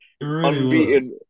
unbeaten